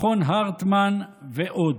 מכון הרטמן ועוד.